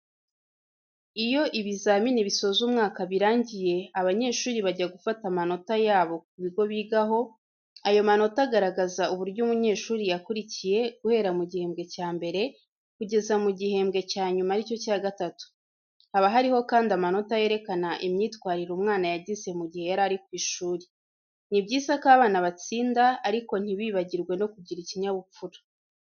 Iyo ibizamini bisoza umwaka birangiye, abanyeshuri bajya gufata amanota yabo ku bigo bigaho, ayo manota agaragaza uburyo umunyeshuri yakurikiye guhera mu gihebwe cya mbere kugeza mu gihebwe cyanyuma aricyo cya gatatu, haba hariho kandi amanota yerekana imyitwarire umwana yagize mu gihe yari ku ishuri. Ni byiza ko abana batsinda ariko ntibibagirwe no kugira ikinyabupfura.